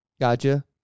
Gotcha